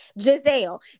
Giselle